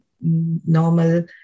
normal